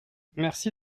merci